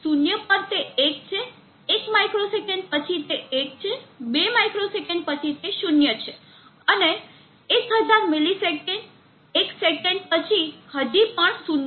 શૂન્ય પર તે એક છે એક માઇક્રોસેકન્ડ પછી તે એક છે બે માઇક્રોસેકન્ડ પછી તે શૂન્ય છે અને 1000 મિલી સેકંડ એક સેકંડ પછી હજી પણ શૂન્ય પર છે